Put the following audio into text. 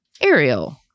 Ariel